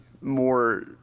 more